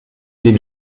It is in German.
wem